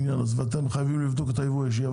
ואתם חייבים לבדוק את זה.